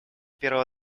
первого